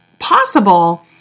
possible